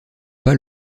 pas